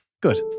good